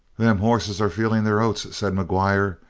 them hosses are feeling their oats, said mcguire.